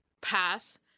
path